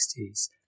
1960s